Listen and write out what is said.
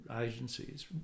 agencies